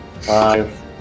five